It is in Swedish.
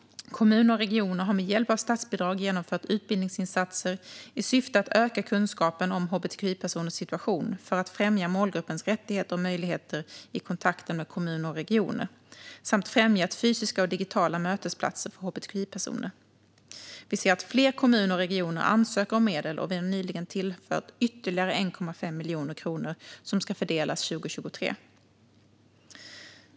Kommuner och regioner har med hjälp av statsbidrag genomfört utbildningsinsatser i syfte att öka kunskapen om hbtqi-personers situation för att främja målgruppens rättigheter och möjligheter i kontakten med kommuner och regioner samt främjat fysiska och digitala mötesplatser för hbtqi-personer. Vi ser att fler kommuner och regioner ansöker om medel, och vi har nyligen tillfört ytterligare 1,5 miljoner kronor som ska fördelas 2023.